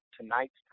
tonight's